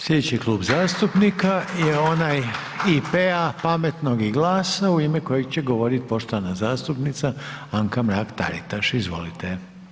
Slijedeći Klub zastupnika je onaj IP-a, Pametnog i GLAS-a u ime kojeg će govorit poštovana zastupnica Anka Mrak-Taritaš, izvolite.